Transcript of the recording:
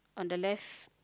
on the left